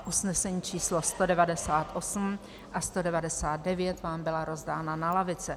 Usnesení č. 198 a 199 vám byla rozdána na lavice.